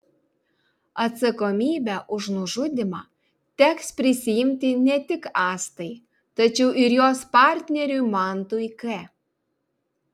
atsakomybę už nužudymą teks prisiimti ne tik astai tačiau ir jos partneriui mantui k